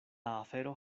afero